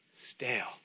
Stale